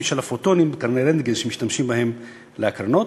של הפוטונים בקרני רנטגן שמשתמשים בהם להקרנות.